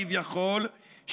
כביכול,